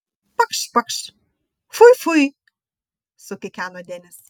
pakšt pakšt fui fui sukikeno denis